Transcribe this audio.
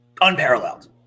unparalleled